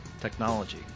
technology